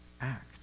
Act